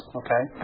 okay